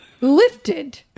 lifted